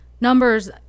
numbers